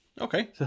okay